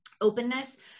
openness